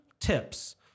tips